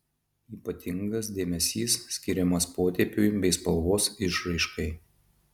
ypatingas dėmesys skiriamas potėpiui bei spalvos išraiškai